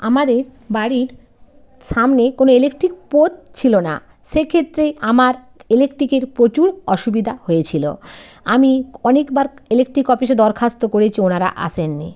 আমাদের বাড়ির সামনে কোনো ইলেকট্রিক পোত ছিলো না সেক্ষেত্রে আমার ইলেকট্রিকের প্রচুর অসুবিধা হয়েছিলো আমি অনেকবার ইলেকট্রিক অফিসে দরখাস্ত করেছি ওনারা আসেন নি